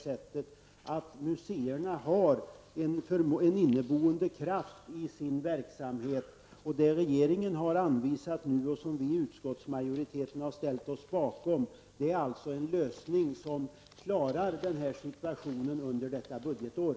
Vidare finns det en inneboende kraft i museernas verksamhet. Det som regeringen nu har anvisat och som vi i utskottsmajoriteten har ställt oss bakom är en lösning som innebär att det går att klara situationen under detta budgetår.